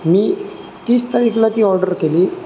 मी तीस तारीखला ती ऑर्डर केली